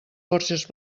borges